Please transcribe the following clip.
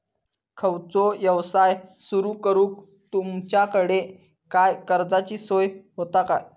खयचो यवसाय सुरू करूक तुमच्याकडे काय कर्जाची सोय होता काय?